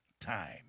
time